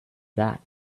that